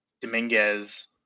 Dominguez